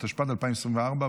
התשפ"ד 2024,